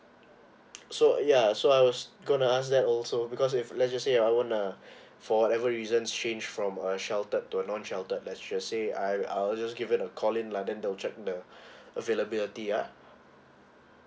so ya so I was gonna ask that also because if let's say I want uh for whatever reasons change from a sheltered to a non sheltered let's just say I I'll just give you a call in like that the check the availability ya